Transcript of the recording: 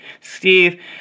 Steve